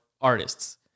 artists